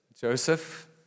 Joseph